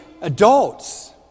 adults